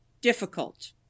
Difficult